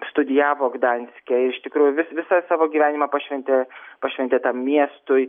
studijavo gdanske ir iš tikrųjų vis visą savo gyvenimą pašventė pašventė tam miestui